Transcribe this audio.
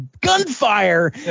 gunfire